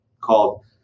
called